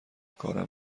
کارم